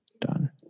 Done